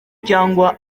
cyangwa